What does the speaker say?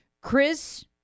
Chris